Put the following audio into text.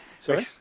Sorry